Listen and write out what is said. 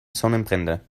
sonnenbrände